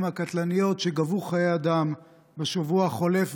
הקטלניות שגבו חיי אדם בשבוע החולף,